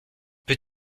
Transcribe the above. peux